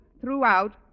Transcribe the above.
throughout